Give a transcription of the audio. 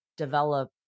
Develop